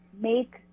make